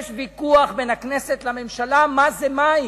יש ויכוח בין הכנסת לממשלה, מה זה מים.